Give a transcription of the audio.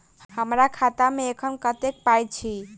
हम्मर खाता मे एखन कतेक पाई अछि?